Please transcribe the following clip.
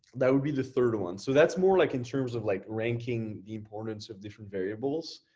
that would be the third one. so that's more like in terms of like ranking the importance of different variables.